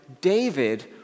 David